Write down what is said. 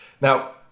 Now